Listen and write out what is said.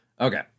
Okay